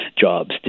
jobs